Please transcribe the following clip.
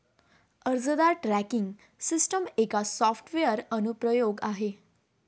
अर्जदार tracking system एक software अनुप्रयोग आहे